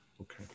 Okay